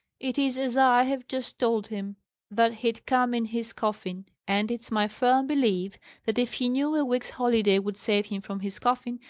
it is as i have just told him that he'd come in his coffin. and it's my firm belief that if he knew a week's holiday would save him from his coffin,